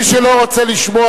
מי שלא רוצה לשמוע,